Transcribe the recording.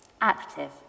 active